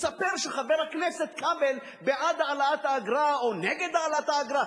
מספר שחבר הכנסת כבל בעד העלאת האגרה או נגד העלאת האגרה.